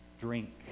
drink